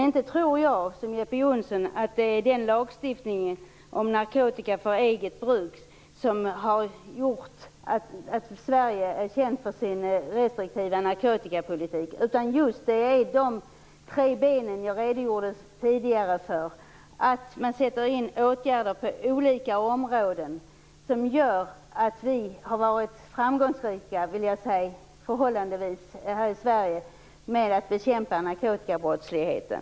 Jag tror inte, som Jeppe Johnsson, att det är lagstiftningen om narkotika för eget bruk som har gjort att Sverige är känt för sin restriktiva narkotikapolitik. Det är just de tre ben som jag tidigare redogjorde för, som innebär att man sätter in åtgärder på olika områden. Det är det som har gjort att vi har varit förhållandevis framgångsrika här i Sverige med att bekämpa narkotikabrottsligheten.